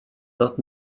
not